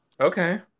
Okay